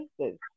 places